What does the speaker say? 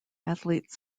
athletes